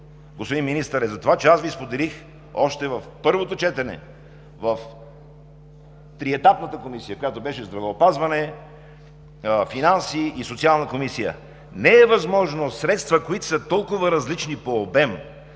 господин Министър, е затова, че аз Ви споделих още на първо четене в триетапната комисия, която беше по Здравеопазване, Финанси и Социална комисия. Не е възможно средства, които са толкова различни по обем,